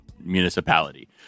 municipality